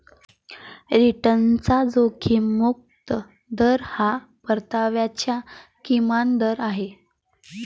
रिटर्नचा जोखीम मुक्त दर हा परताव्याचा किमान दर आहे